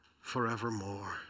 forevermore